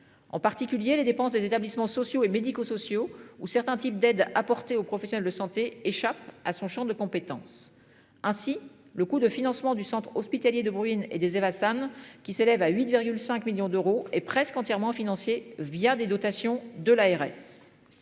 en particulier les dépenses des établissements sociaux et médico-sociaux ou certains types d'aide apportée aux professionnels de santé échappe à son Champ de compétences. Ainsi le coût de financement du centre hospitalier de bruine et des et Hassan qui s'élève à 8,5 millions d'euros et presque entièrement financier via des dotations de l'ARS.